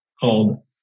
called